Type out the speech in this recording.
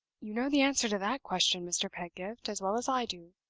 you know the answer to that question, mr. pedgift, as well as i do.